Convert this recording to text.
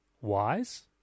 wise